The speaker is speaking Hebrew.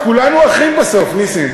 ניפגש, תשמע, כולנו אחים בסוף, נסים.